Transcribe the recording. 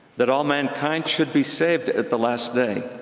that all mankind should be saved at the last day,